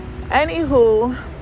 anywho